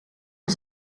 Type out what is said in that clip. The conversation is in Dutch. van